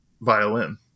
violin